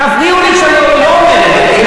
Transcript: למה אתה אומר שאמרתי דבר כזה?